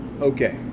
Okay